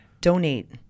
donate